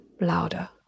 louder